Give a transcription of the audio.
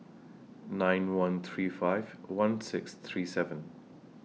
nine one three five one six three seven